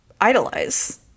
idolize